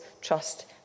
trust